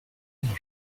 mon